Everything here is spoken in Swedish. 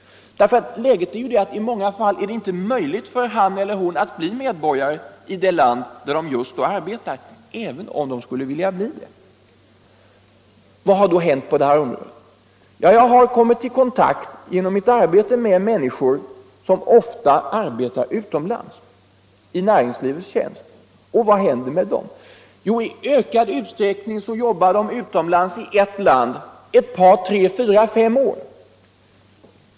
I många fall är det nämligen inte möjligt för dem att bli medborgare i det land där de just då arbetar även om de skulle vilja bli det. Vad har då hänt på detta område? Jag har genom mitt arbete kommit i kontakt med människor som ofta arbetar utomlands i näringslivets tjänst. Vad händer med dem? Jo, i ökad utsträckning arbetar de utomlands i ett land några år.